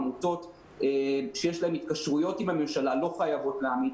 עמותות שיש להן התקשרויות עם הממשלה לא חייבות להעמיד